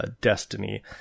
destiny